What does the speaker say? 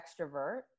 extrovert